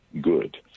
good